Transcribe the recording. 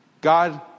God